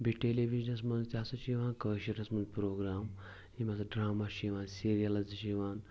بیٚیہِ ٹیلی وِجَنس منٛز تہِ ہسا چھِ یوان کٲشِرس منٛز پروگرام یِم ہسا ڈراما چھِ یوان سیٖرِیلز تہِ چھِ یِوان